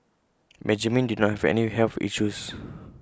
Benjamin did not have any health issues